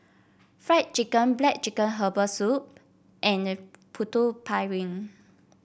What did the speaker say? Fried Chicken black chicken Herbal Soup and Putu Piring